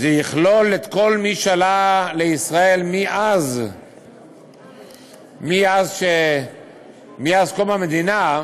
שזה יכלול את כל מי שעלה לישראל מאז קום המדינה,